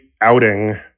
outing